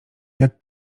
jak